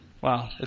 Wow